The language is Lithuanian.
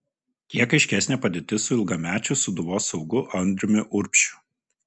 kiek aiškesnė padėtis su ilgamečiu sūduvos saugu andriumi urbšiu